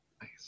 Nice